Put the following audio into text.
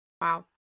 Wow